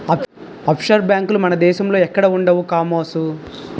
offshore బేంకులు మన దేశంలో ఎక్కడా ఉండవు కామోసు